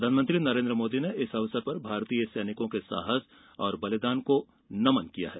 प्रधानमंत्री नरेन्द्र मोदी ने इस अवसर पर भारतीय सैनिकों के साहस और बलिदान को नमन किया है